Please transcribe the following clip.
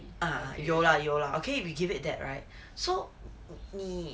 ah 有啦有啦 okay we give it that right so 你